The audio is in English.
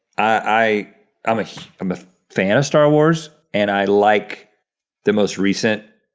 i um am a fan of star wars, and i like the most recent,